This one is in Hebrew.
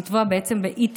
לתבוע על אי-טיפול